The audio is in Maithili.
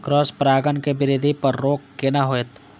क्रॉस परागण के वृद्धि पर रोक केना होयत?